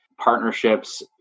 partnerships